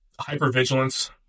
Hypervigilance